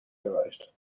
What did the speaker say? gereicht